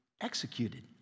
executed